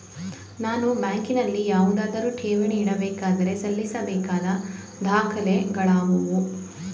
ನಾನು ಬ್ಯಾಂಕಿನಲ್ಲಿ ಯಾವುದಾದರು ಠೇವಣಿ ಇಡಬೇಕಾದರೆ ಸಲ್ಲಿಸಬೇಕಾದ ದಾಖಲೆಗಳಾವವು?